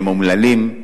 הם אומללים.